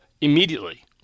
immediately